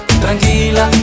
tranquila